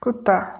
कुत्ता